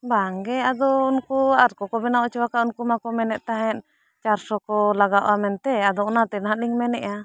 ᱵᱟᱝᱜᱮ ᱟᱫᱚ ᱩᱱᱠᱩ ᱟᱨ ᱠᱚ ᱠᱚ ᱵᱮᱱᱟᱣ ᱚᱪᱚ ᱟᱠᱟᱫ ᱩᱱᱠᱩ ᱢᱟᱠᱚ ᱢᱮᱱᱮᱫ ᱛᱟᱦᱮᱸᱫ ᱪᱟᱨᱥᱚ ᱠᱚ ᱞᱟᱜᱟᱜᱼᱟ ᱢᱮᱱᱛᱮ ᱟᱫᱚ ᱚᱱᱟᱛᱮ ᱱᱟᱦᱟᱸᱜ ᱞᱤᱧ ᱢᱮᱱᱮᱜᱼᱟ